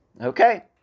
Okay